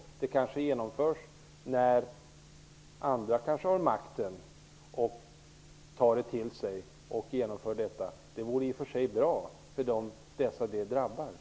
De kommer kanske att genomföras när andra kommer till makten och tar till sig dessa. Det vore bra för dem som drabbas av trakasserierna.